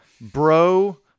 bro